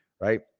right